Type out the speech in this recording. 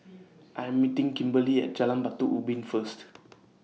I'm meeting Kimberley At Jalan Batu Ubin First